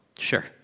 Sure